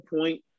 point